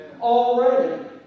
already